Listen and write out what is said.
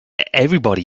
everybody